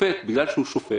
השופט בגלל שהוא שופט,